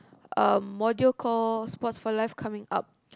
a module call sports for life coming up